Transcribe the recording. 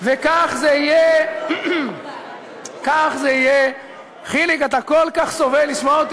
וכך זה יהיה, חיליק, אתה כל כך סובל לשמוע אותי?